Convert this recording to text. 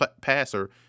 passer